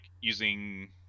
using